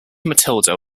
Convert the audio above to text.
matilda